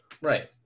Right